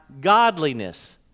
godliness